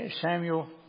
Samuel